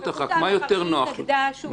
בנוכחותה משום שהיא התנגדה.